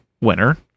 winner